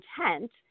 intent